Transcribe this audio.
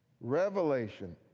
Revelation